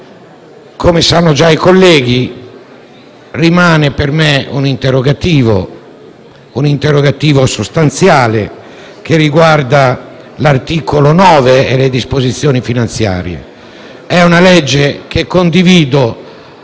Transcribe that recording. Come sanno già i colleghi, rimane per me un interrogativo sostanziale, che riguarda l'articolo 9 e le disposizioni finanziarie. È una legge che condivido